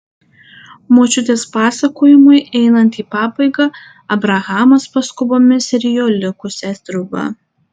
močiutės pasakojimui einant į pabaigą abrahamas paskubomis rijo likusią sriubą